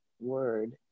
word